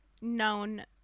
known